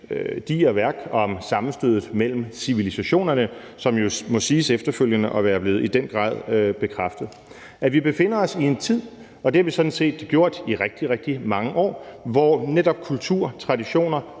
digre værk om sammenstødet mellem civilisationerne, som jo må siges efterfølgende i den grad at være blevet bekræftet. Vi befinder os i en tid, det har vi sådan set gjort i rigtig, rigtig mange år, hvor netop kultur, traditioner,